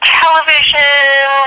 television